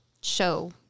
show